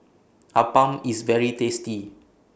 Appam IS very tasty